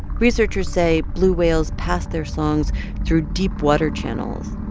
researchers say blue whales pass their songs through deep water channels,